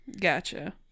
Gotcha